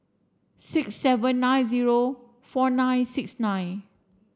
six seven nine zero four nine six nine